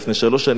לפני חמש שנים,